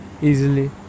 easily